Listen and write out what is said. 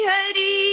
Hari